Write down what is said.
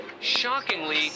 shockingly